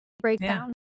breakdown